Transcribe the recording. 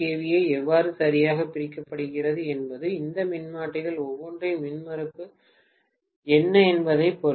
ஏ எவ்வாறு சரியாகப் பிரிக்கப்படுகிறது என்பது இந்த மின்மாற்றிகள் ஒவ்வொன்றின் மின்மறுப்பு என்ன என்பதைப் பொறுத்தது